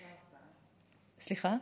סליחה?